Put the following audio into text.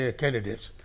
candidates